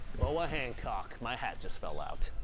boa hancock, my hat just fell out.